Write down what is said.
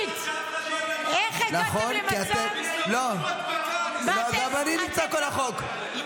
--- איך הגעתם למצב --- וגם אני נמצא כל החוק,